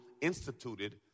instituted